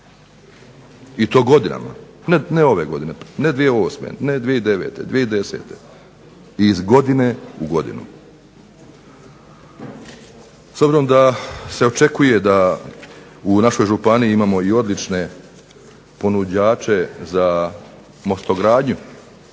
i to godinama. Ne ove godine, ne 2008., ne 2009., 2010., iz godine u godinu. S obzirom da se očekuje da u našoj županiji imamo i odlične ponuđače za mostogradnju,